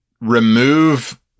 remove